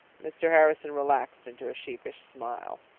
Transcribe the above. mr. harrison relaxed into a sheepish smile.